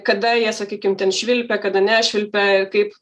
kada jie sakykim ten švilpia kada nešvilpia kaip